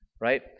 right